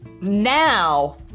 now